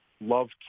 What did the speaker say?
Love